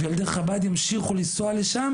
וילדי חב"ד ימשיכו לנסוע לשם,